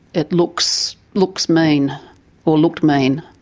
it looks looks mean, or looked mean.